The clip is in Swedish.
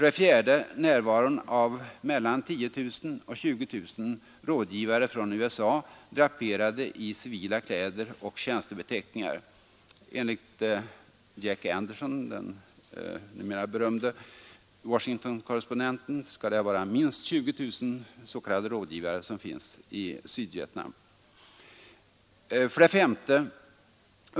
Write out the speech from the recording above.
Närvaron av mellan 10 000 och 20000 ”rådgivare” från USA, draperade i civila kläder och tjänstebeteckningar. Enligt Jack Anderson, den numera berömde Washingtonkorrespondenten, skall det finnas minst 20 000 s.k. rådgivare från USA i Sydvietnam. 5.